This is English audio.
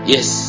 Yes